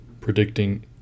predicting